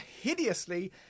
hideously